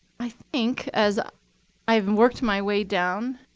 i think, as i've worked my way down,